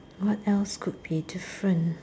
what else could be different